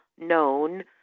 known